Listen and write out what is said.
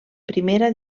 primera